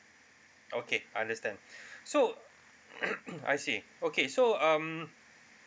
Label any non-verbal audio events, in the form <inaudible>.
okay I understand so <coughs> I see okay so um